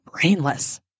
brainless